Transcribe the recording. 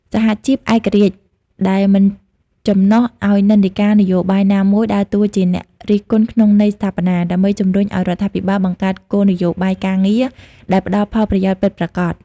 សហជីពឯករាជ្យដែលមិនចំណុះឱ្យនិន្នាការនយោបាយណាមួយ ដើរតួជាអ្នករិះគន់ក្នុងន័យស្ថាបនា ដើម្បីជំរុញឱ្យរដ្ឋាភិបាលបង្កើតគោលនយោបាយការងារដែលផ្តល់ផលប្រយោជន៍ពិតប្រាកដ។